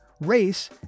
race